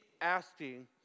asking